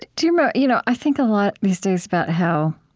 do you um ah you know i think a lot these days about how,